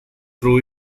threw